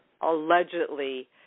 allegedly